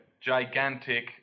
gigantic